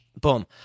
boom